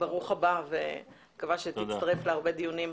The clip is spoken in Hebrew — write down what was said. ברוך הבא ומקווה שתצטרף להרבה דיונים.